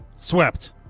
Swept